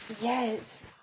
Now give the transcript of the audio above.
Yes